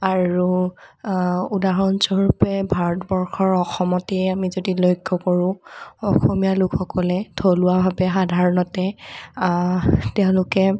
আৰু উদাহৰণস্বৰূপে ভাৰতবৰ্ষৰ অসমতেই আমি যদি লক্ষ্য কৰো অসমীয়া লোকসকলে থলুৱাভাৱে সাধাৰণতে তেওঁলোকে